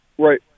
right